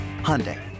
Hyundai